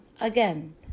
again